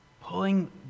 Pulling